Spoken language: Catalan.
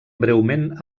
breument